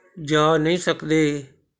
ਜਾ ਨਹੀਂ ਸਕਦੇ